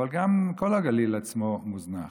אבל גם כל הגליל עצמו מוזנח.